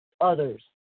others